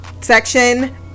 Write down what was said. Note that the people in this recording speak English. section